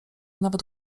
nawet